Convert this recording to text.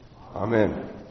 Amen